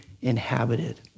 inhabited